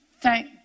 Thank